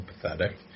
pathetic